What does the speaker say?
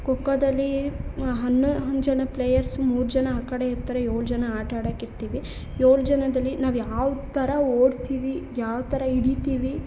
ಖೋಖೋದಲ್ಲಿ ಹನ್ನೊಂದು ಜನ ಪ್ಲೇಯರ್ಸು ಮೂರು ಜನ ಆ ಕಡೆ ಇರ್ತಾರೆ ಏಳು ಜನ ಆಟ ಆಡಕ್ಕೆ ಇರ್ತೀವಿ ಏಳು ಜನದಲ್ಲಿ ನಾವು ಯಾವ ಥರ ಓಡ್ತೀವಿ ಯಾವ ಥರ ಹಿಡಿತಿವಿ